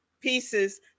pieces